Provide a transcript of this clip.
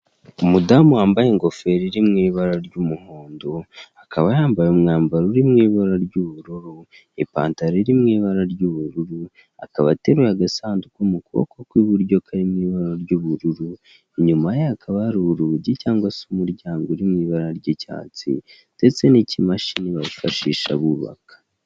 Umudamu wambaye ingofero iri mu ibara ry'umuhondo akaba yambaye umwambaro uri mu ibara ry'ubururu, ipantaro iri mu ibara ry'ubururu, akaba ateruye agasanduku mu kuboko kw'iburyo kari mu ibara ry'ubururu, inyuma yakaba hari urugi cyangwa se umuryango uri mu ibara ry'icyatsi ndetse n'ikimashini bifashisha bubaka.